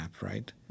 right